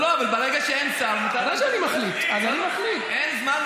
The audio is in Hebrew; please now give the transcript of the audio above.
לא, לא, הזמן שלי לא עבר, אין פה שר.